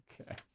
Okay